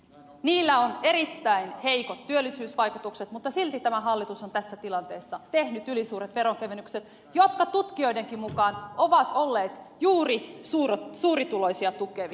niillä on erittäin heikot työllisyysvaikutukset mutta silti tämä hallitus on tässä tilanteessa tehnyt ylisuuret veronkevennykset jotka tutkijoidenkin mukaan ovat olleet juuri suurituloisia tukevia